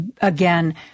again